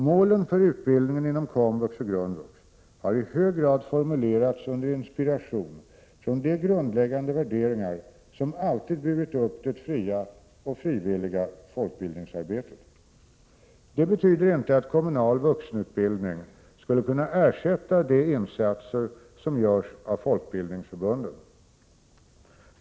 Målen för utbildningen inom komvux och grundvux har i hög grad formulerats under inspiration från de grundläggande värderingar som alltid burit upp det fria och frivilliga folkbildningsarbetet. Detta betyder inte att kommunal vuxenutbildning skulle kunna ersätta de insatser som görs av folkbildningsförbunden.